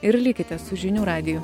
ir likite su žinių radiju